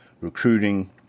recruiting